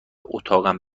اتاقم